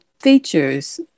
features